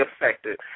affected